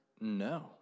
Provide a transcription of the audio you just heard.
No